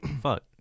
Fuck